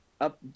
up